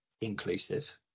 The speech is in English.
inclusive